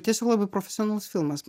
tiesiog labai profesionalus filmas